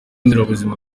nderabuzima